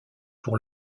pour